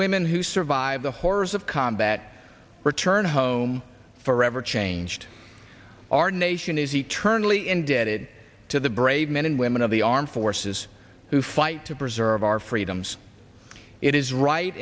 women who survive the horrors of combat return home forever changed our nation is eternally indebted to the brave men and women of the armed forces who fight to preserve our freedoms it is right